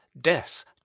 death